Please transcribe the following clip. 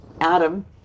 Adam